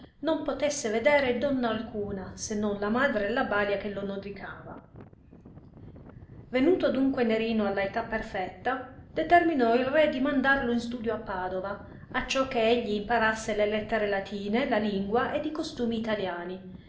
non potesse vedere donna alcuna se non la madre e la balia che lo nodricava venuto adunque nerino alla età perfetta determinò il re di mandarlo in studio a padova acciò che egli imparasse le lettere latine la lingua ed i costumi italiani